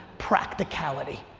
practicality.